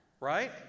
Right